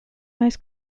most